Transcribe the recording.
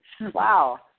Wow